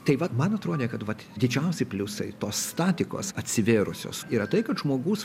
tai va man atrodė kad vat didžiausi pliusai tos statikos atsivėrusios yra tai kad žmogus